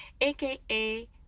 aka